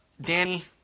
Danny